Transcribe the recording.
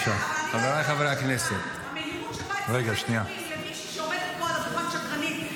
--- המהירות שבה אצלכם קוראים למישהי שעומדת פה על הדוכן שקרנית,